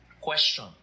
Question